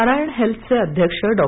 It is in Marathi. नारायण हेल्थचे अध्यक्ष डॉ